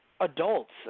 adults